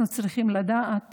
אנחנו צריכים לדעת